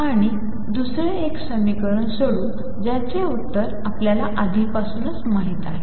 आणि दुसरे एक समीकरण सोडवू ज्याचे उत्तर आपल्याला आधीपासूनच माहित आहे